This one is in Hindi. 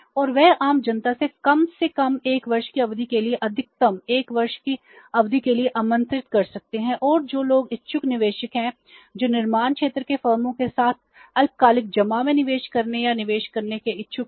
और वे आम जनता से कम से कम 1 वर्ष की अवधि के लिए अधिकतम 1 वर्ष की अवधि के लिए आमंत्रित कर सकते हैं और जो लोग इच्छुक निवेशक हैं जो निर्माण क्षेत्र की फर्मों के साथ अल्पकालिक जमा में निवेश करने या निवेश करने के इच्छुक हैं